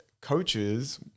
coaches